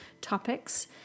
topics